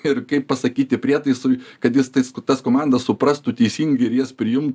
ir kaip pasakyti prietaisui kad jis tais tas komanda suprastų teisingai ir jas priimtų ir kuo greičiau